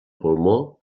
pulmó